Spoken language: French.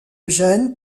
gênes